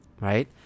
Right